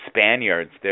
Spaniards